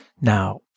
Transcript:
Now